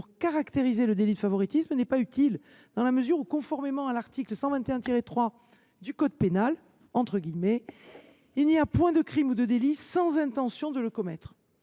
pour caractériser le délit de favoritisme dans la mesure où, conformément à l’article 121 3 du code pénal, il n’y a « point de crime ou de délit sans intention de le commettre